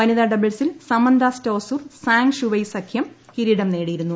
വനിതാ ഡബിൾസിൽ Samantha Stosur Zhang Shuai സംഖ്യം കിരീടം നേടിയിരുന്നു